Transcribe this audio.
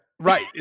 Right